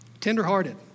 tenderhearted